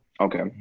Okay